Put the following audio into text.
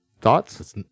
Thoughts